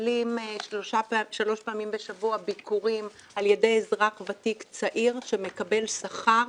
מקבלים שלוש פעמים בשבוע ביקורים על ידי אזרח ותיק צעיר שמקבל שכר.